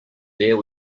there